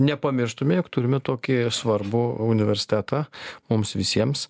nepamirštume jog turime tokį svarbų universitetą mums visiems